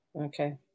Okay